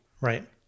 right